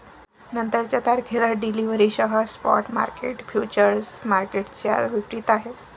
नंतरच्या तारखेला डिलिव्हरीसह स्पॉट मार्केट फ्युचर्स मार्केटच्या विपरीत आहे